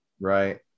right